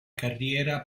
carriera